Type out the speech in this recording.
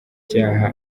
cyaha